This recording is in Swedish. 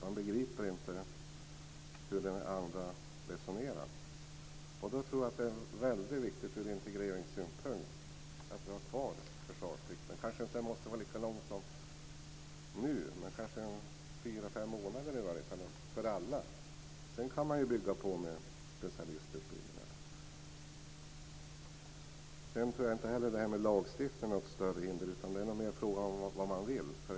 Man begriper inte hur andra resonerar. Därför tycker jag att det är väldigt viktigt ur integreringssynpunkt att vi har kvar försvarsplikten. Den behöver kanske inte vara lika lång som den är nu; den skulle kanske kunna vara fyra fem månader för alla. Sedan kan man ju bygga på med specialistutbildningar. Jag tror inte heller att detta med lagstiftning är något större hinder. Det är nog mer frågan om vad man vill.